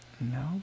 no